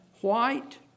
white